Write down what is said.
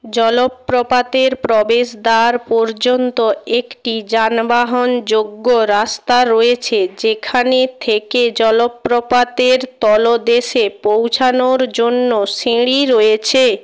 জলপ্রপাতের প্রবেশদ্বার পর্যন্ত একটি যানবাহনযোগ্য রাস্তা রয়েছে যেখানে থেকে জলপ্রপাতের তলদেশে পৌঁছানোর জন্য সিঁড়ি রয়েছে